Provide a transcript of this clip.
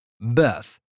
Beth